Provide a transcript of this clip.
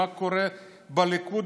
מה קורה בליכוד,